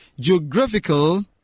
geographical